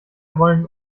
wollen